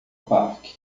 parque